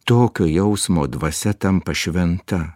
tokio jausmo dvasia tampa šventa